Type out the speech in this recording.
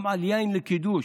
גם על יין לקידוש,